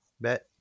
Bet